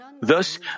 Thus